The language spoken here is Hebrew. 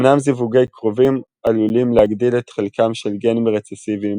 אמנם זיווגי קרובים עלולים להגדיל את חלקם של גנים רצסיביים